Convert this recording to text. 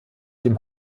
dem